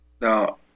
Now